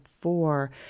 four